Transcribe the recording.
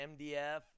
MDF